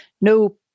No